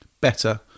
better